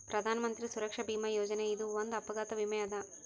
ಪ್ರಧಾನ್ ಮಂತ್ರಿ ಸುರಕ್ಷಾ ಭೀಮಾ ಯೋಜನೆ ಇದು ಒಂದ್ ಅಪಘಾತ ವಿಮೆ ಅದ